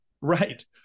right